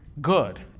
good